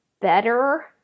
better